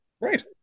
right